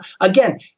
again